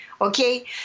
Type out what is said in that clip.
okay